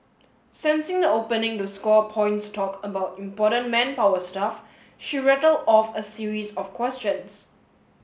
sensing the opening to score points talk about important manpower stuff she rattled off a series of questions